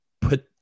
put